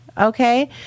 Okay